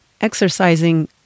exercising